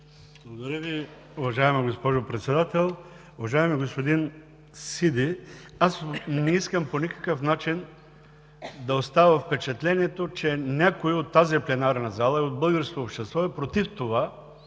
Благодаря Ви, уважаема госпожо Председател. Уважаеми господин Сиди, аз не искам по никакъв начин да оставя впечатлението, че някой от тази пленарна зала и от българското общество е против това